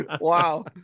Wow